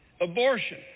abortion